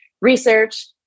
research